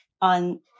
on